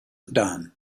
done